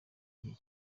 igihe